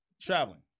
Traveling